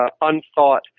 unthought